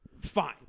fine